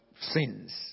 sins